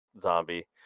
zombie